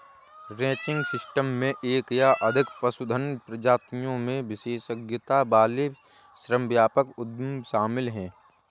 ranching system में एक या अधिक पशुधन प्रजातियों में विशेषज्ञता वाले श्रम व्यापक उद्यम शामिल हैं